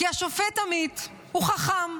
כי השופט עמית הוא חכם,